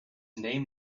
name